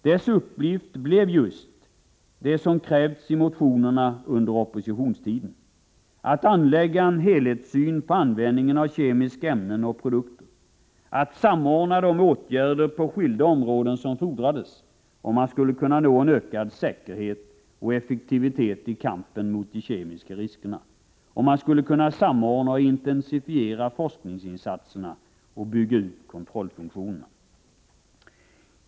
Dess uppgift blev just det som krävts i motionerna under oppositionstiden: att anlägga en helhetssyn på användningen av kemiska ämnen och produkter, att samordna de åtgärder på skilda områden som fordrades om man skulle kunna nå en ökad säkerhet och effektivitet i kampen mot de kemiska riskerna, om man skulle kunna samordna och intensifiera forskningsinsatserna och bygga ut kontrollfunktionerna.